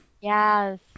Yes